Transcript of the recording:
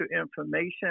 information